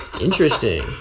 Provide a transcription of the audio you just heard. Interesting